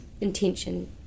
intention